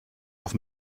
auf